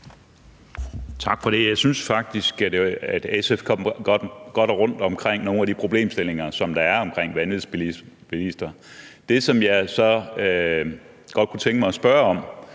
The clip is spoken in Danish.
Tak for det. Jeg synes faktisk, at SF kommer godt rundt omkring nogle af de problemstillinger, der er i forhold til vanvidsbilister. Det, som jeg så godt kunne tænke mig at spørge om